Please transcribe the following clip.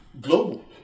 global